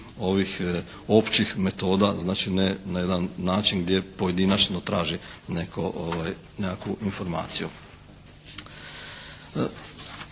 ovih općih metoda, znači ne na jedan način gdje pojedinačno traže nekakvu informaciju.